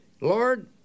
Lord